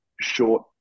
short